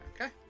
Okay